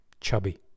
chubby